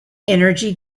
energy